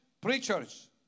preachers